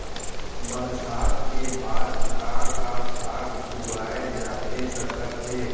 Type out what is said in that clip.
बरसात के बाद का का साग उगाए जाथे सकत हे?